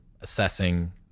assessing